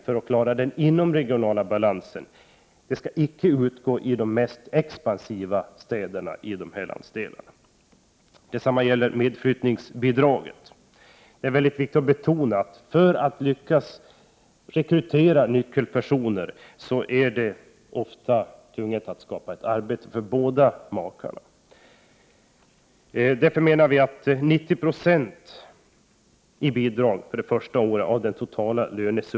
För att klara den inomregionala balansen bör det icke gälla de mest expansiva städerna i dessa landsdelar. Detsamma gäller medflyttningsbidraget. Det är väldigt viktigt att betona att det för att lyckas rekrytera nyckelpersoner ofta är nödvändigt att skaffa arbete för båda makarna i familjen. Vi menar att 90 90 av den totala lönesumman bör utgå i bidrag det första året.